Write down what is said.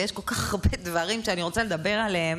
ויש כל כך הרבה דברים שאני רוצה לדבר עליהם,